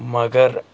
مگر